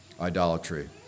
idolatry